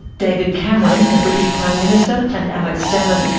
david cameron, the british prime minister and alex salmond,